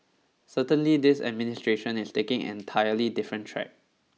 certainly this administration is taking entirely different track